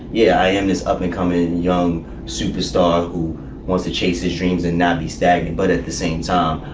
yeah, i am. this up and coming young superstar who wants to chase his dreams and not be stag. but at the same time,